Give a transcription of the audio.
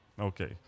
Okay